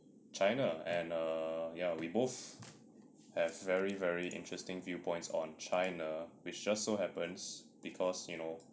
china and err ya we both have very very interesting viewpoints on china which just so happens because you know